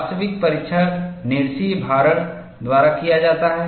वास्तविक परीक्षण निरसीय भारण द्वारा किया जाता है